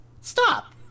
Stop